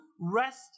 rest